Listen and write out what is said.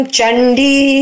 Chandi